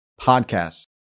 podcasts